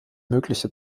mögliche